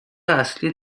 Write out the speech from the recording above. اصلی